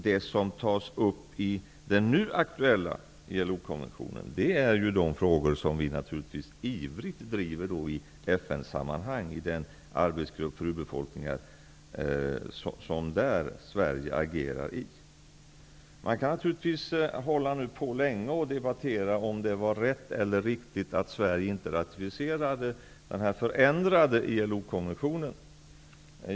Det som tas upp i den nu aktuella ILO-konventionen är de frågor som vi ivrigt driver i FN-sammanhang i den arbetsgrupp för urbefolkningar som Sverige agerar i där. Vi kan naturligtvis debattera länge om det var rätt och riktigt att Sverige inte ratificerade den förändrade ILO-konventionen.